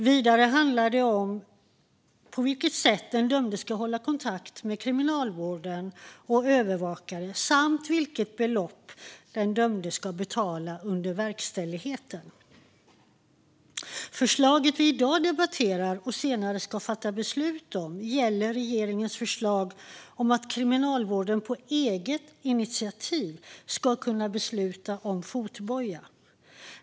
Vidare handlar det om på vilket sätt den dömde ska hålla kontakt med kriminalvården och övervakare samt vilket belopp den dömde ska betala under verkställigheten. Förslaget vi i dag debatterar och senare ska fatta beslut om gäller regeringens förslag att Kriminalvården på eget initiativ ska kunna besluta om fotboja.